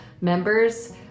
members